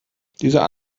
dieser